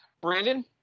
Brandon